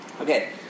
Okay